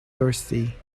thirsty